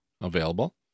available